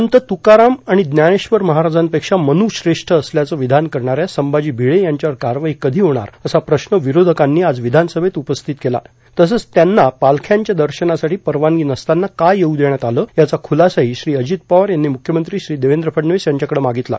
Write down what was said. संत तुकाराम आणि ज्ञानेश्वर महाराजांपेक्षा मनु श्रेष्ठ असल्याचं विधान करणाऱ्या संभाजी भिडे यांच्यावर कारवाई कधी होणार असा प्रश्न आज विरोधकांनी विधानसभेत उपस्थित केला तसंच त्यांना पालख्यांच्या दर्शनासाठी परवानगी नसताना का येऊ देण्यात आले याला खुलासाही श्री अजित पवार यांनी मुख्यमंत्री श्री देवेंद्र फडणवीस यांच्याकडं मागितला